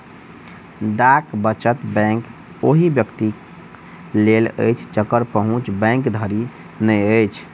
डाक वचत बैंक ओहि व्यक्तिक लेल अछि जकर पहुँच बैंक धरि नै अछि